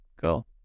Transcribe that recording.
cool